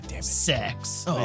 sex